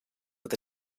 with